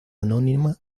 anónima